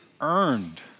earned